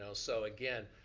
so so again,